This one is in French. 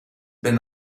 ben